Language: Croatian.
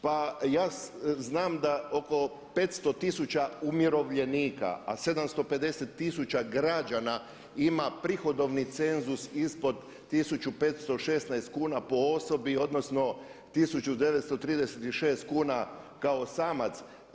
Pa ja znam da oko 500 tisuća umirovljenika, a 750 000 građana ima prihodovni cenzus ispod 1516 kuna po osobi, odnosno 1936 kuna kao samac.